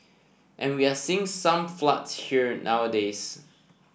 and we are seeing some floods here nowadays